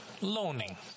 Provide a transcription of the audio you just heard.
loaning